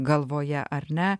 galvoje ar ne